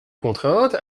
contrainte